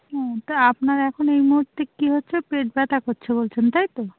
হুম তা আপনার এখন এই মুহুর্তে কি হচ্ছে পেট ব্যথা করছে বলছেন তাই তো